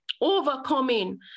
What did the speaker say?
Overcoming